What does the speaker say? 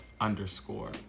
underscore